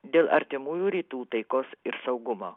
dėl artimųjų rytų taikos ir saugumo